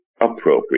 appropriate